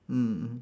mm mm